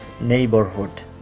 neighborhood